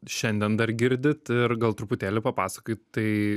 šiandien dar girdit ir gal truputėlį papasakokit tai